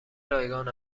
رایگان